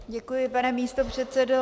Děkuji, pane místopředsedo.